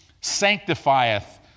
sanctifieth